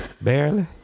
Barely